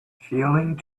feeling